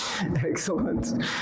Excellent